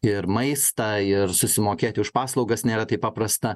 ir maistą ir susimokėti už paslaugas nėra taip paprasta